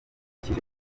kije